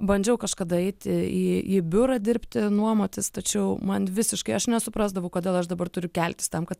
bandžiau kažkada eiti į į biurą dirbti nuomotis tačiau man visiškai aš nesuprasdavau kodėl aš dabar turiu keltis tam kad